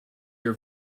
your